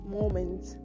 moment